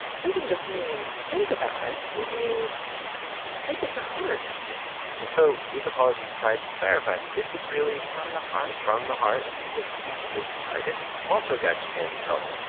it doesn't just mean think about it. it means take it to heart and so these apologies tried to clarify that this was really. from the heart. from the heart and my deepest heart this also got japan in trouble.